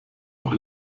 noch